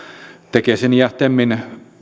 tekesin ja temin